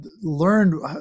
learn